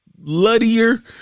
bloodier